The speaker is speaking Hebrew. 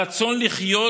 הרצון לחיות